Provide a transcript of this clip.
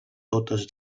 totes